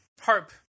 Harp